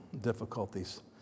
difficulties